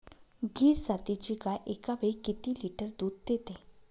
गीर जातीची गाय एकावेळी किती लिटर दूध देते?